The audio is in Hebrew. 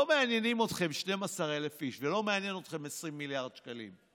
לא מעניינים אתכם 12,000 איש ולא מעניין אתכם 20 מיליארד שקלים.